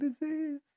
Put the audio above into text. disease